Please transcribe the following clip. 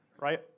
right